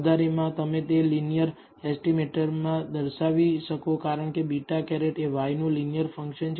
વધારેમાં તમે તે લીનીયર એસ્ટીમેટર દર્શાવી શકો કારણકે β̂ એ y નું લીનીયર ફંકશન છે